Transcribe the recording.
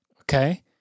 Okay